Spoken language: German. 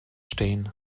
stehen